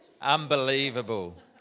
Unbelievable